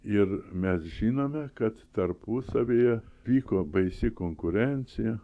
ir mes žinome kad tarpusavyje vyko baisi konkurencija